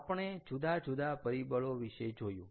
આપણે જુદા જુદા પરિબળો વિશે જોયું